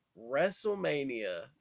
WrestleMania